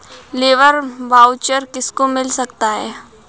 Labour voucher किसको मिल सकता है?